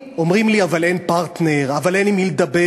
אומרים לי: אבל אין פרטנר, אבל אין עם מי לדבר.